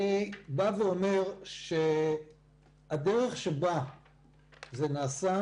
אני אומר שהדרך שבה זה נעשה,